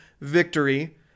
victory